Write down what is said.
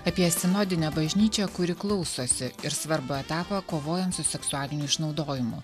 apie sinodinę bažnyčią kuri klausosi ir svarbų etapą kovojant su seksualiniu išnaudojimu